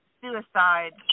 suicide